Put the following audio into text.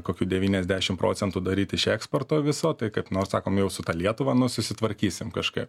kokių devyniasdešim procentų daryti iš eksporto viso tai kaip nors sakom jau su ta lietuva nu susitvarkysim kažkaip